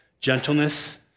gentleness